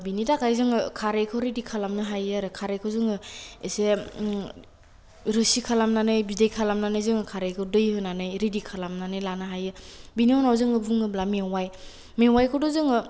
बिनि थाखाय जोङो खारैखौ रेदि खालामनो होयो आरो खारैखौ जोङो एसे रोसि खालामनानै रेदि खालामनानै जोङो खारैखौ दै होनानै रेदि खालामनानै लायो बिनि उनाव जोङो बुङोब्ला मेवाइ मेवाइखौथ' जोङो